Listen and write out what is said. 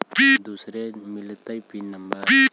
दुसरे मिलतै pin number?